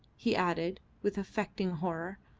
he added, with affected horror.